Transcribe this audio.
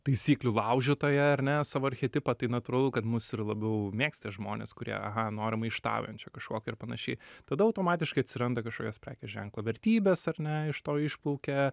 taisyklių laužytoją ar ne savo archetipą tai natūralu kad mus ir labiau mėgs tie žmonės kurie aha nori maištaujančio kažkokio ir panašiai tada automatiškai atsiranda kažkokios prekės ženklo vertybės ar ne iš to išplaukia